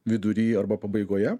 viduryje arba pabaigoje